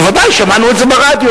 בוודאי, שמענו את זה ברדיו.